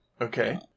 Okay